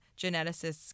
geneticists